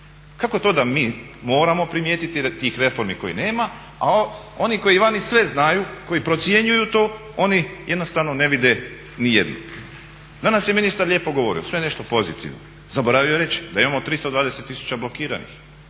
Kako to da mi moramo primijetiti tih reformi kojih nema, a oni koji vani sve znaju, koji procjenjuju to oni jednostavno ne vide ni jednu. Danas je ministar lijepo govorio, sve nešto pozitivno. Zaboravio je reći da imamo 320 tisuća blokiranih,